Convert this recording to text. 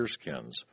skins